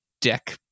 deck